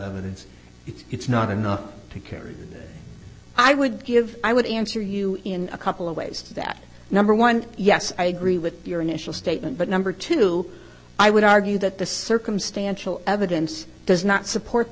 evidence it's not enough to carry i would give i would answer you in a couple of ways that number one yes i agree with your initial statement but number two i would argue that the circumstantial evidence does not support